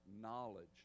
knowledge